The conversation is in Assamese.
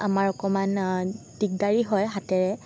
আমাৰ অকণমান দিগদাৰী হয় হাতেৰে